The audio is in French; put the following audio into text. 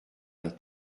vingt